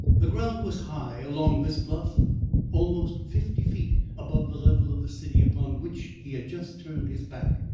the ground was high along this bluff almost fifty feet above the level of the city upon, which he had just turned his back.